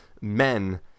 men